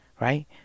right